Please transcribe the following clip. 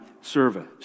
service